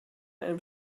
einem